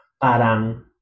parang